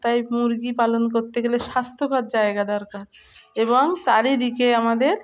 তাই মুরগি পালন করতে গেলে স্বাস্থ্যকর জায়গা দরকার এবং চারিদিকে আমাদের